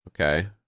Okay